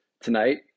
tonight